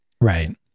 right